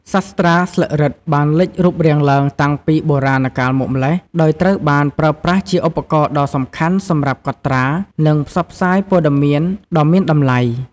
សាស្រ្តាស្លឹករឹតបានលេចរូបរាងឡើងតាំងពីបុរាណកាលមកម្ល៉េះ ដោយត្រូវបានប្រើប្រាស់ជាឧបករណ៍ដ៏សំខាន់សម្រាប់កត់ត្រា និងផ្សព្វផ្សាយព័ត៌មានដ៏មានតម្លៃ។